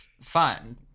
fun